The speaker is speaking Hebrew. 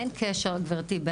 אין קשר גברתי,